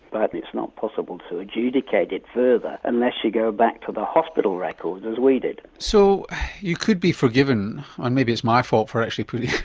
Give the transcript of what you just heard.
but it's not possible to adjudicate it further unless you go back to the hospital records as we did. so you could be forgiven and maybe it's my fault for actually putting it